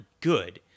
good